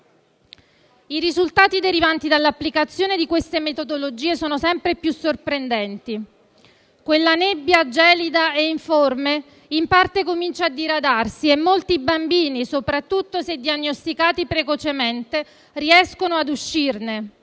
I risultati derivanti dall'applicazione di queste metodologie sono sempre più sorprendenti. Quella nebbia gelida e informe in parte comincia a diradarsi e molti bambini, soprattutto se diagnosticati precocemente, riescono ad uscirne.